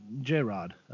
J-Rod